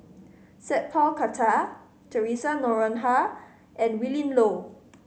Sat Pal Khattar Theresa Noronha and Willin Low